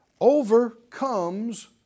overcomes